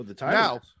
Now